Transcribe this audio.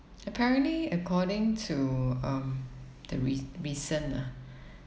apparently according to um the re~ recent lah